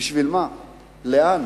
לאן?